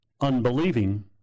unbelieving